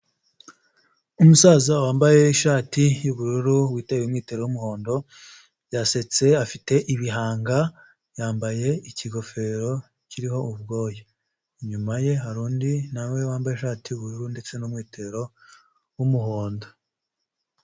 Umusaza wambaye ishati y'ubururu wi umwitero w'umuhondo yasetse afite ibihanga yambayegofero kiriho ubwoya inyuma ye hari undi nawe wambaye ishati y'ubururu ndetse n'umwitero w'umuhondo.